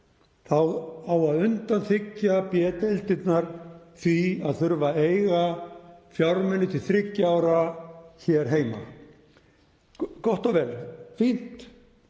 þá eigi að undanþiggja B-deildirnar því að þurfa að eiga fjármuni til þriggja ára hér heima. Gott og vel, fínt,